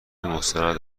مستند